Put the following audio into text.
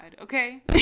Okay